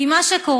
כי מה שקורה,